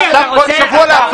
כל שבוע יש